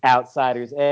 Outsider's